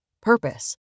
purpose